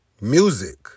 music